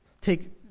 take